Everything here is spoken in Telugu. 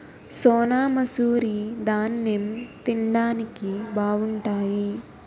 సోనామసూరి దాన్నెం తిండానికి బావుంటాయి